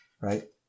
Right